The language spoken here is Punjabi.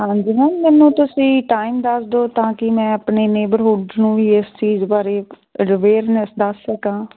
ਹਾਂਜੀ ਮੈਮ ਮੈਨੂੰ ਤੁਸੀਂ ਟਾਈਮ ਦੱਸ ਦਿਓ ਤਾਂ ਕਿ ਮੈਂ ਆਪਣੇ ਨੇਬਰਹੁੱਡ ਨੂੰ ਵੀ ਇਸ ਚੀਜ਼ ਬਾਰੇ ਰਿਵੇਅਰਨੈਸ ਦੱਸ ਸਕਾ